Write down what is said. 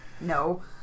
No